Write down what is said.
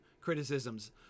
criticisms